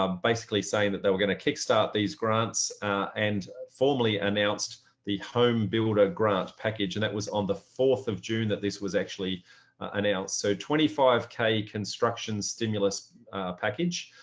um basically saying that they were going to kick start these grants and formally announced the home builder grant package, and that was on the fourth of june that this was actually announced. so twenty five k construction stimulus package,